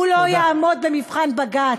הוא לא יעמוד במבחן בג"ץ.